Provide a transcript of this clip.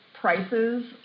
prices